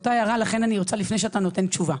לכן אני רוצה לומר אותה לפני שאתה נותן תשובה.